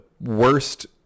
worst